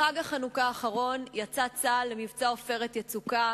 בחג החנוכה האחרון יצא צה"ל למבצע "עופרת יצוקה",